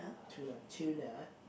tuna tuna